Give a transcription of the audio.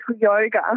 yoga